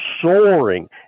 soaring